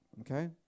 Okay